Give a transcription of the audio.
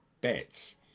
bets